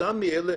מופתע מאלה